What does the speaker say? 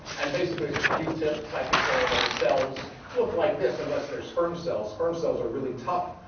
and basically it's a q-tip type of thing. and the cells look like this unless they're sperm cells. sperm cells are really tough.